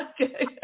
Okay